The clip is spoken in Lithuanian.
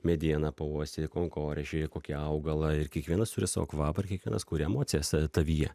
medieną pauostei konkorėžį kokį augalą ir kiekvienas turi savo kvapą ir kiekvienas kuria emocijas tavyje